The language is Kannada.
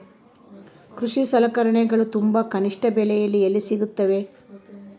ಕೃಷಿ ಸಲಕರಣಿಗಳು ತುಂಬಾ ಕನಿಷ್ಠ ಬೆಲೆಯಲ್ಲಿ ಎಲ್ಲಿ ಸಿಗುತ್ತವೆ?